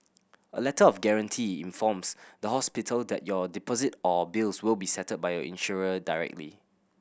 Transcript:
a Letter of Guarantee informs the hospital that your deposit or bills will be settled by your insurer directly